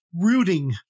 rooting